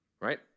Right